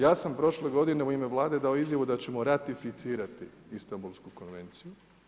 Ja sam prošle godine u ime Vlade dao izjavu da ćemo ratificirati Istanbulsku konvenciju.